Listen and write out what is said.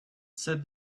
said